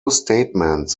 statements